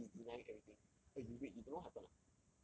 err he denying everything but you wait you don't know what happen ah